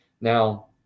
Now